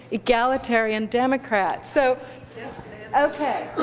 egalitarian democrat, so ok.